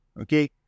Okay